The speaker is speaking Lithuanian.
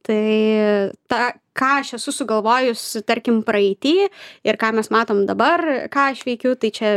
tai tą ką aš esu sugalvojus tarkim praeity ir ką mes matom dabar ką aš veikiu tai čia